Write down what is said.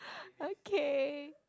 okay